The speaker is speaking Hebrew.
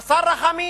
חסר רחמים,